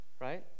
right